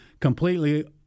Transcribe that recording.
completely